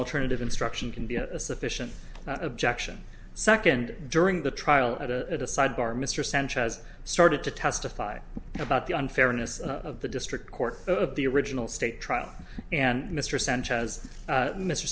alternative instruction can be a sufficient objection second during the trial at a sidebar mr sanchez started to testify about the unfairness of the district court of the original state trial and mr sanchez